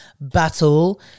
battle